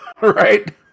right